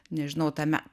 nežinau tame